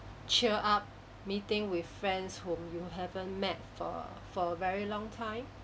cheer up meeting with friends whom you haven't met for for a very long time